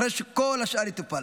אחרי שכל השאר יטופל.